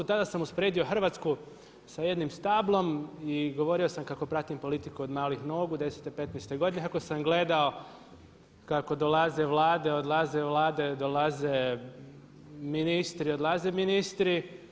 Tada sam usporedio Hrvatsku sa jednim stablom i govorio sam kako pratim politiku od malih nogu, od 10, 15 godine, kako sam gledao kako dolaze Vlade, odlaze Vlade, dolaze ministri, odlaze ministri.